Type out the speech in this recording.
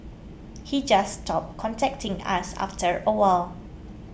he just stopped contacting us after a while